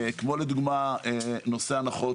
כמו לדוגמה נושא ההנחות,